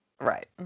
Right